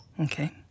Okay